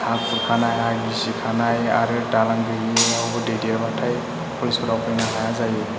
हा खुरखानाय हा गिसिखानाय आरो दालां गैयिआव दै देरबाथाय कलेजफोराव फैनो हाया जायो